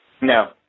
No